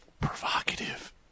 provocative